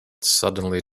suddenly